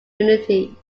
unity